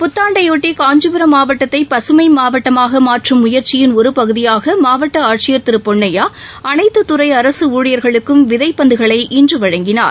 புத்தாண்டையாட்டிகாஞ்சிபுரம் மாவட்டத்தைபசுமைமாவட்டமாகமாற்றும் முயற்சியின் ஒருபகுதியாகமாவட்டஆட்சியர் திருபொன்னையா அனைத்துத் துறைஅரசுஊழியர்களுக்கும் விதைப்பந்துகளை இன்றுவழங்கினார்